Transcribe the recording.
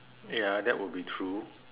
ya that would be true